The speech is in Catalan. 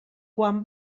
quan